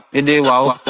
in a while,